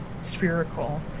spherical